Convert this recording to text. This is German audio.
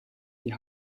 die